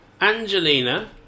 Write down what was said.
Angelina